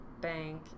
bank